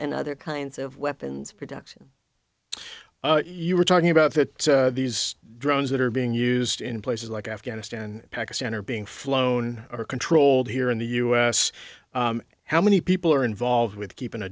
and other kinds of weapons production you were talking about that these drones that are being used in places like afghanistan and pakistan are being flown or controlled here in the u s how many people are involved with keeping a